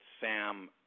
Sam